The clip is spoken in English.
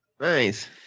Nice